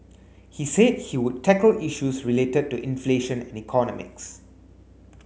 he said he would tackle issues related to inflation and economics